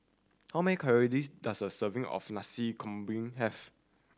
how many calories does a serving of Nasi Campur have